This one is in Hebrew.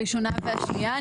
הראשונה והשנייה.